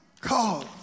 call